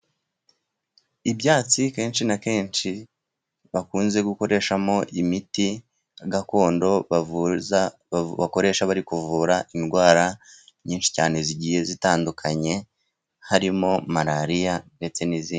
Ibyatsi kenshi na kenshi bakunze gukoreshamo imiti gakondo bakoresha bari kuvura indwara nyinshi cyane, zigiye zitandukanye harimo malariya ndetse n'izindi.